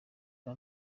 bwa